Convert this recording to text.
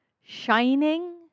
shining